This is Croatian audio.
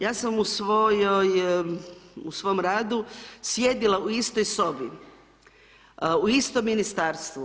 Ja sam u svojoj, u svom radu sjedila u istoj sobi, u istom Ministarstvu.